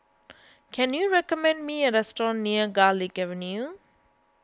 can you recommend me a restaurant near Garlick Avenue